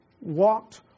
walked